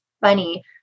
funny